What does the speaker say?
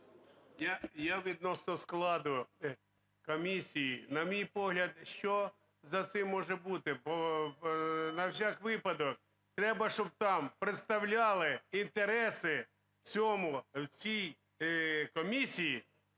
Я відносно складу комісії. На мій погляд, що за цим може бути, бо на всяк випадок треба, щоб там представляли інтереси в цій комісії